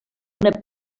una